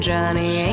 Johnny